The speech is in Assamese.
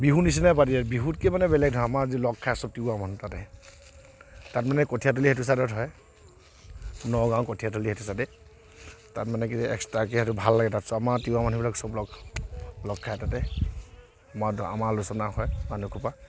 বিহু নিচিনা পাতে বিহুতকে মানে বেলেগ ধৰণৰ আমাৰ যে লগ খাই আছোঁ তিৱা মানুহ তাতে তাত মানে কঠিয়াতলী সেইটো চাইডত হয় নগাঁও কঠিয়াতলী সেইটো চাইডে তাত মানে কি এক্সট্ৰাকে সেইটো ভাল লাগে তাৰপিছত আমাৰ তিৱা মানুহবিলাক চব লগ লগ খাই তাতে আমাৰ আমাৰ আলোচনা হয় মানুহসোপা